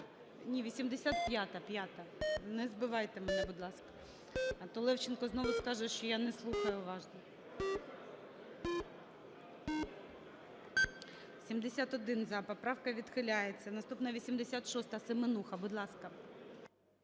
Ні, 85-а, п'ята, не збивайте мене, будь ласка, а то Левченко знову скаже, що я не слухаю уважно. 16:52:00 За-71 Поправка відхиляється. Наступна, 86-а, Семенуха. Будь ласка.